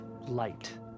light